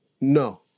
No